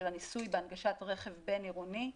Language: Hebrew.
של הניסוי בהנגשת רכב בין-עירוני,